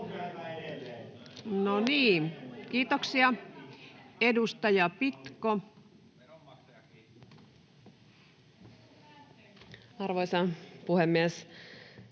Kiitos. Edustaja Berg. Arvoisa puhemies!